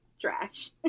trash